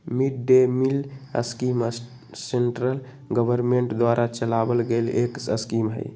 mid day meal scheme central government द्वारा चलावल गईल एक स्कीम हई